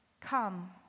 come